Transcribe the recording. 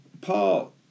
Paul